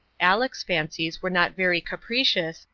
aleck's fancies were not very capricious,